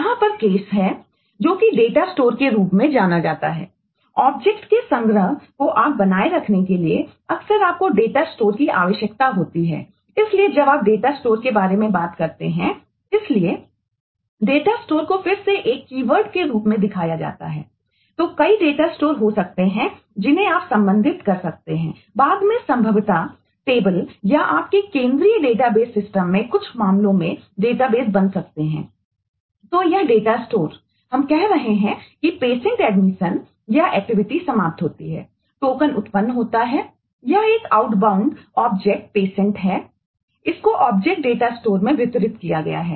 यहां पर केस में वितरित किया गया है